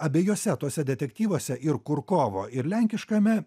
abiejuose tuose detektyvuose ir kurkovo ir lenkiškame